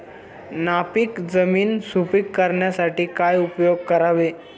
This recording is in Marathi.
नापीक जमीन सुपीक करण्यासाठी काय उपयोग करावे?